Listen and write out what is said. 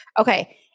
Okay